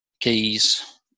keys